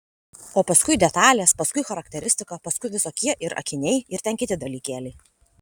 o paskui detalės paskui charakteristika paskui visokie ir akiniai ir ten kiti dalykėliai